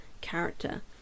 character